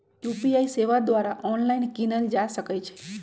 UPI सेवा द्वारा online कीनल जा सकइ छइ